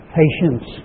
patience